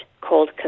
called